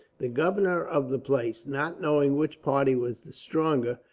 the governor of the place, not knowing which party was the stronger,